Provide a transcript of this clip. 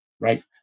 right